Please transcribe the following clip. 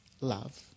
love